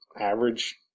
average